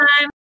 time